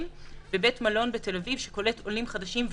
בבית מלון בתל אביב שקולט עולים חדשים.